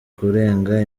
kurenga